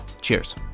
Cheers